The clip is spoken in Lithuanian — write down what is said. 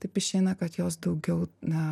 taip išeina kad jos daugiau na